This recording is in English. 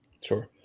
sure